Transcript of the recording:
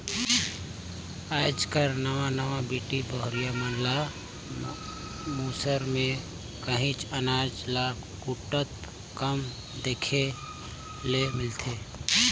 आएज कर नावा नावा बेटी बहुरिया मन ल मूसर में काहींच अनाज ल कूटत कम देखे ले मिलथे